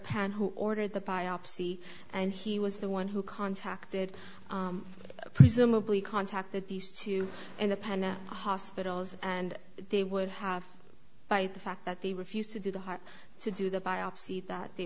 pan who ordered the biopsy and he was the one who contacted presumably contact that these two and the pena hospitals and they would have by the fact that they refused to do the heart to do the biopsy that they